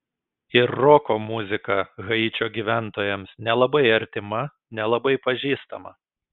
ir roko muzika haičio gyventojams nelabai artima nelabai pažįstama